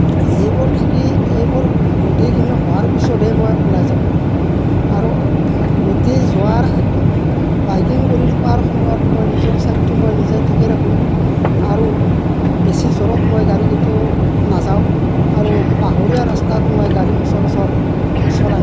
এইবোৰ থাকি এইবোৰ গোটেইখিনি হোৱাৰ পিছতহে মই ওলাই যাওঁ আৰু গোটেই যোৱাৰ আগ বাইকিং কৰি থকাৰ সময়ত মই নিজৰ ছাইডটো মই নিজেই ঠিকে ৰাখোঁ আৰু বেছি জোৰত মই গাড়ী কেতিয়াও নাযাওঁ আৰু পাহাৰীয়া ৰাস্তাত মই গাড়ী সচৰাচৰ চলাই নাযাওঁ